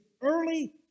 early